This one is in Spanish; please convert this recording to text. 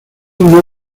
uno